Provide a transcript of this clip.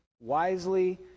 wisely